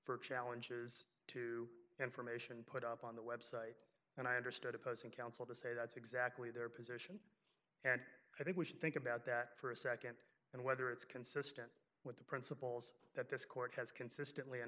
for challenges to information put up on the website and i understood opposing counsel to say that's exactly their position and i think we should think about that for a nd and whether it's consistent with the principles that this court has consistently and